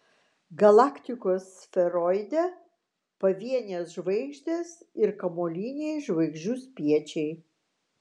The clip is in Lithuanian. galaktikos sferoide pavienės žvaigždės ir kamuoliniai žvaigždžių spiečiai